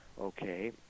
okay